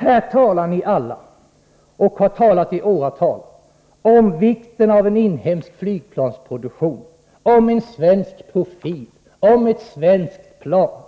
Här talar ni alla, och har talat i åratal, om vikten av en inhemsk flygplansproduktion, om en svensk profil och om ett svenskt plan.